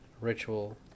ritual